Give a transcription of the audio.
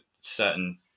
certain